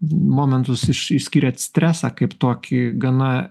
momentus iš išsiskyrėt stresą kaip tokį gana